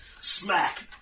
Smack